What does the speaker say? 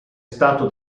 stato